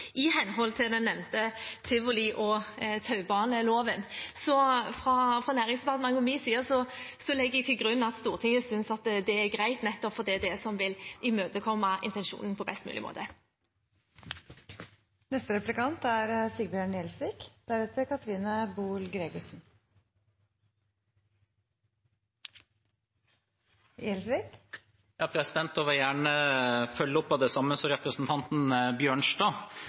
i henhold til den nevnte tivoli- og taubaneloven. Så fra Næringsdepartementets og min side legger jeg til grunn at Stortinget synes det er greit, nettopp fordi det er det som vil imøtekomme intensjonen på best mulig måte. Da vil jeg gjerne følge opp noe av det samme som representanten Bjørnstad tok opp. Det er jo en rekke virksomheter som